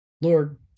Lord